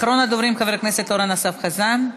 אחרון הדוברים, חבר הכנסת אורן אסף חזן.